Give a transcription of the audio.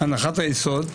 הנחת היסוד,